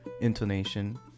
intonation